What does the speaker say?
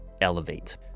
elevate